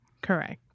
Correct